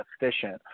efficient